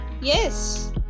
yes